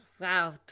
wow